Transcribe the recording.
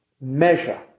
measure